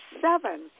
seven